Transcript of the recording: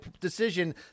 decision